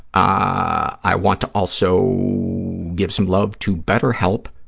i want to also give some love to betterhelp.